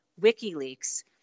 WikiLeaks